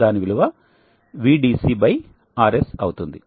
దాని విలువ VDC RS అవుతుంది